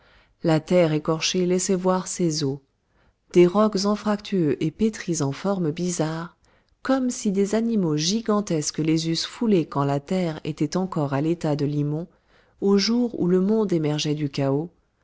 la terre écorchée laissait voir ses os des rocs anfractueux et pétris en formes bizarres comme si des animaux gigantesques les eussent foulés aux pieds quand la terre était encore à l'état de limon au jour où le monde émergeait du chaos